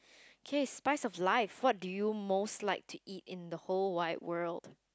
kay spice of life what do you most like to eat in the whole wide world